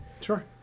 Sure